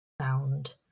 sound